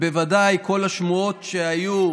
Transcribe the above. ובוודאי כל השמועות שהיו,